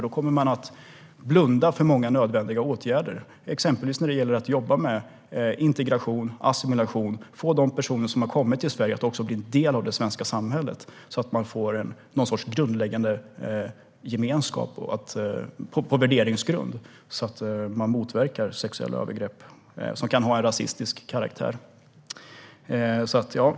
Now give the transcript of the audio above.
Då kommer man nämligen att blunda för många nödvändiga åtgärder, exempelvis när det gäller att jobba med integration och assimilation för att de personer som har kommit till Sverige ska bli en del av det svenska samhället, så att man får någon sorts grundläggande gemenskap på värderingsgrund. Då kan sexuella övergrepp som kan ha rasistisk karaktär motverkas.